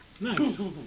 Nice